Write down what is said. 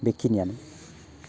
बेखिनियानो